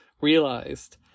realized